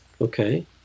Okay